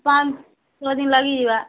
ପାଞ୍ଚ ଛଅ ଦିନ ଲାଗିଯିବ